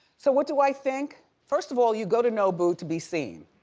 so what do i think? first of all, you go to nobu to be seen,